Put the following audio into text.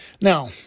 Now